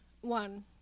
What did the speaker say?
One